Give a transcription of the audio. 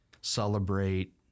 celebrate